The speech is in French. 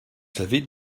savez